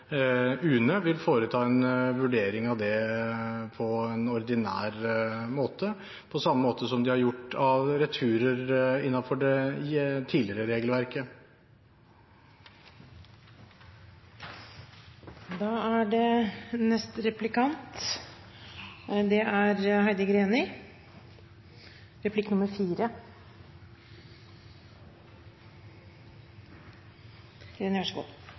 UNE vil foreta en vurdering av det på en ordinær måte – på samme måte som de har gjort med returer innenfor det tidligere regelverket. Talspersoner for Kristelig Folkeparti og Venstre er svært tilfreds med avtalen som er